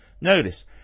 Notice